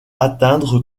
atteindre